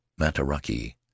Mataraki